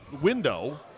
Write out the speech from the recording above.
window